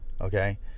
Okay